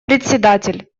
председатель